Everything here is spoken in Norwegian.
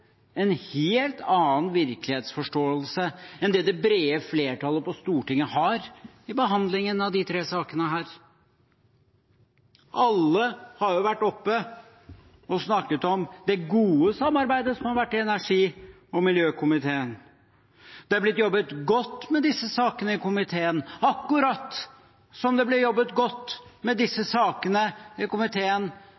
en helt annen virkelighetsforståelse enn det det brede flertall på Stortinget har når det gjelder behandlingen av disse tre sakene. Alle har vært oppe og snakket om det gode samarbeidet som har vært i energi- og miljøkomiteen. Det har blitt jobbet godt med disse sakene i komiteen – akkurat som det ble jobbet godt med disse